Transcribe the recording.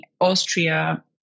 Austria